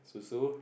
Susu